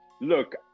Look